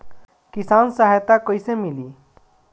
किसान सहायता कईसे मिली?